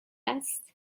است